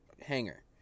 hanger